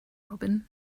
robin